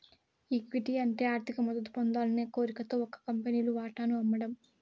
equity అంటే ఆర్థిక మద్దతు పొందాలనే కోరికతో ఒక కంపెనీలు వాటాను అమ్మడం